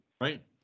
right